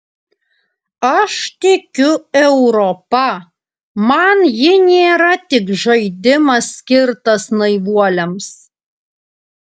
aš tikiu europa man ji nėra tik žaidimas skirtas naivuoliams